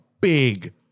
big